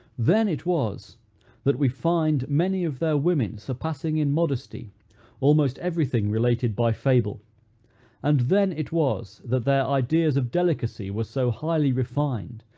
then it was that we find many of their women surpassing in modesty almost every thing related by fable and then it was that their ideas of delicacy were so highly refined,